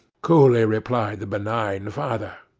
coolly replied the benign father.